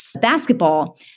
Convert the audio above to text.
basketball